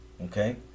okay